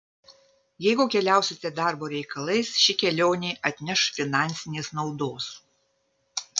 jeigu keliausite darbo reikalais ši kelionė atneš finansinės naudos